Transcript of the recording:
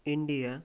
India